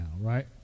right